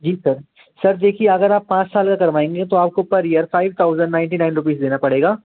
जी sir sir देखिए अगर आप पाँच साल का करवाएँगे तो आपको per year five thousand ninety nine rupees देना पड़ेगा